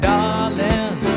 Darling